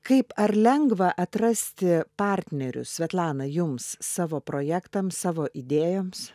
kaip ar lengva atrasti partnerius svetlana jums savo projektams savo idėjoms